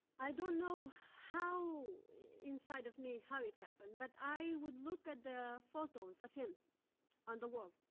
i don't know how inside of me, how it happened, but i would look at the photos of him on the wall,